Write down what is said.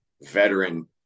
veteran